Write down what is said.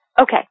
Okay